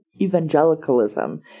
evangelicalism